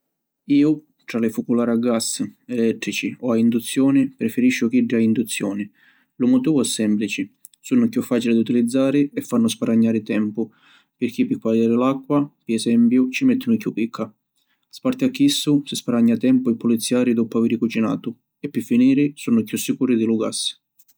Iu tra li fuculara a gas, elettrici o a induzioni preferisciu chiddi a induzioni. Lu motivu è semplici: sunnu chiù facili di utilizzari e fannu sparagnari tempu pirchì pi quadiari l’acqua, pi esempiu, ci mettinu chiù picca. Sparti a chissu, si sparagna tempu pi puliziari doppu aviri cucinatu, e pi finiri sunnu chiù sicuri di lu gas.